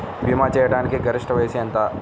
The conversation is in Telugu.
భీమా చేయాటానికి గరిష్ట వయస్సు ఎంత?